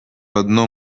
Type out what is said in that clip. одно